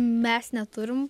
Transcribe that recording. mes neturim